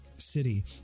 city